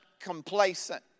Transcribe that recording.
complacent